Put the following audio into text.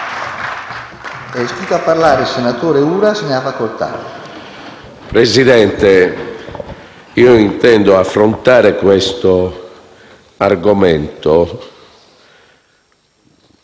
Presidente, io intendo affrontare questo argomento